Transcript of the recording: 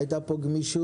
היתה פה גמישות,